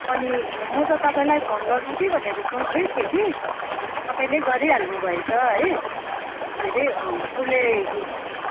अनि म त तपाईँलाई फोन गरौँ कि भनेर सोच्दै थिएँ कि तपाईँले गरिहाल्नुभएछ है के अरे उसले